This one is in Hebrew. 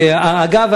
אגב,